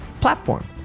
platform